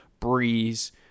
Breeze